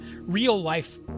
real-life